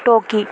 ٹوکی